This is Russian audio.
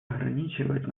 ограничивать